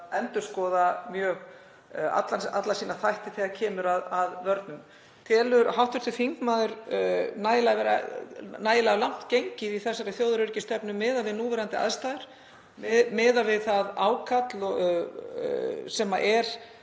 endurskoða mjög alla sína þætti þegar kemur að vörnum. Telur hv. þingmaður vera nægilega langt gengið í þessari þjóðaröryggisstefnu miðað við núverandi aðstæður, miðað við það ákall sem er